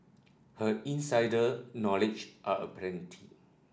her insider knowledge are aplenty